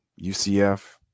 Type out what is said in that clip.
UCF